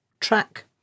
track